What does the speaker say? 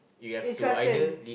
instruction